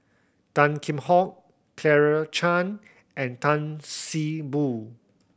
Tan Kheam Hock Claire Chiang and Tan See Boo